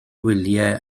wyliau